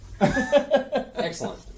excellent